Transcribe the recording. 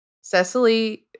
Cecily